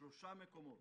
בשלושה מקומות: